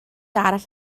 arall